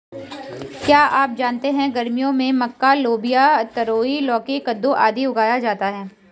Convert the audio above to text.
क्या आप जानते है गर्मियों में मक्का, लोबिया, तरोई, लौकी, कद्दू, आदि उगाया जाता है?